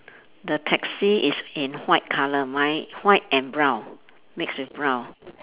the taxi is in white colour mine white and brown mix with brown